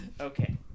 Okay